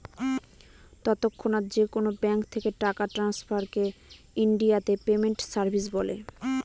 তৎক্ষণাৎ যেকোনো ব্যাঙ্ক থেকে টাকা ট্রান্সফারকে ইনডিয়াতে পেমেন্ট সার্ভিস বলে